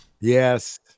Yes